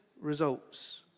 results